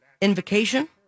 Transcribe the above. invocation